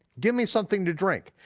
give me something to drink,